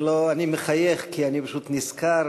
אני מחייך כי אני פשוט נזכר,